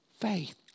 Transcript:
faith